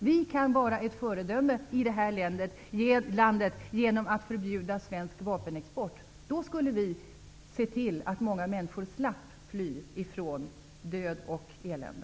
Vi kan vara ett föredöme i det här landet genom att förbjuda svensk vapenexport. Då skulle vi se till att många människor slapp fly från död och elände.